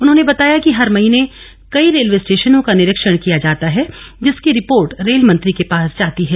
उन्होंने बताया कि हर महीने कई रेलवे स्टशनों का निरिक्षण किया जाता है जिसकी रिपोर्ट रेल मंत्री के पास जाती है